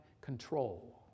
control